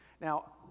Now